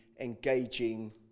engaging